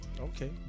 Okay